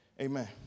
Amen